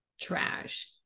trash